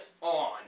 on